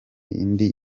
indi